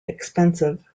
expensive